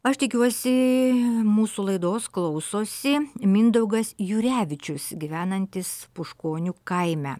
aš tikiuosi mūsų laidos klausosi mindaugas jurevičius gyvenantis puškonių kaime